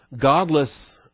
godless